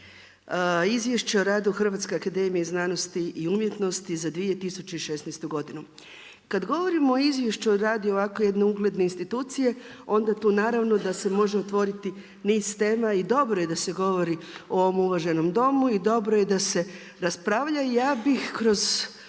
Izvješće o radu HAZU-a za 2016. godinu. Kad govorimo o izvješću o radu o ovakve jedne ugledne institucije, onda to naravno da se t može otvoriti niz tema, i dobro je da se govori, u ovom uvaženom Domu i dobro je da se raspravlja. Ja bih kroz